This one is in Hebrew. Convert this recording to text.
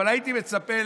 הייתי מצפה,